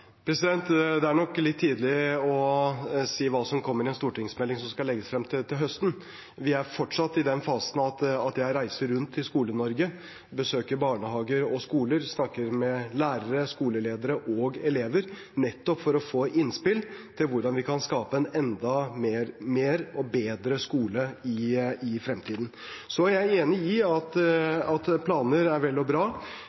Det er nok litt tidlig å si hva som kommer i en stortingsmelding som skal legges frem til høsten. Vi er fortsatt i den fasen at jeg reiser rundt i Skole-Norge, besøker barnehager og skoler og snakker med lærere, skoleledere og elever, nettopp for å få innspill til hvordan vi kan skape en enda bedre skole i fremtiden. Jeg er enig i at planer er vel og bra. Nå er det også nedfelt i regelverket, slik at